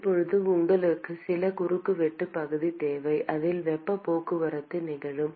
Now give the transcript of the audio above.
இப்போது உங்களுக்கு சில குறுக்குவெட்டு பகுதி தேவை அதில் வெப்ப போக்குவரத்து நிகழும்